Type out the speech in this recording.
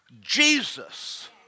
Jesus